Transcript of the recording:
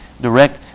direct